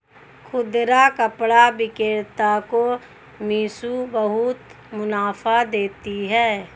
खुदरा कपड़ा विक्रेता को मिशो बहुत मुनाफा देती है